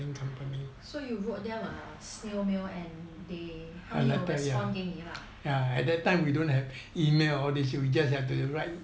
so you wrote them a snail mail and they 他们有 respond 给你啦